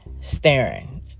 staring